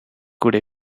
could